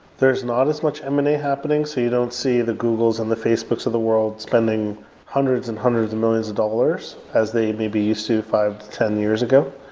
there's not as much m and a happening, so you don't see the googles and the facebooks of the world spending hundreds and hundreds of millions of dollars as they may be used to five to ten years ago.